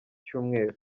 cyumweru